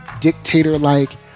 dictator-like